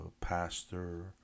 pastor